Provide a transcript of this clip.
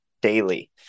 daily